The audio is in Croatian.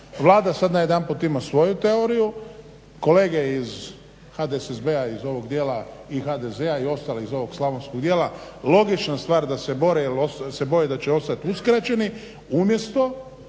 Vlada sad najedanput ima svoju teoriju, kolege iz HDSSB-a iz ovog dijela i HDZ-a i ostalih iz ovog slavonskog dijela logična stvar da se boje da će ostat uskraćeni umjesto